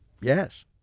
yes